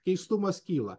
keistumas kyla